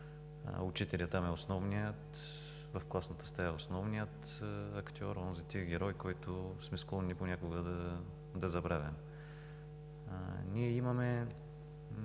Учителят в класната стая е основният актьор – онзи тих герой, който сме склонни понякога да забравяме. Ние имаме